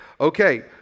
Okay